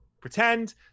pretend